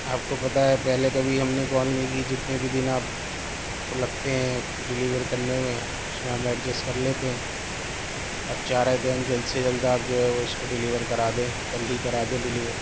آپ کو پتا ہے پہلے کبھی ہم نے کال نہیں کی جتنے بھی دن آپ کو لگتے ہیں ڈیلیور کرنے میں اس میں ہم ایڈجسٹ کر لیتے ہیں اب چاہ رہے تھے ہم جلد سے جلد آپ جو ہے وہ اس کو ڈیلیور کرا دیں کل ہی کرا دیں ڈیلیور